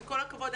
עם כל הכבוד,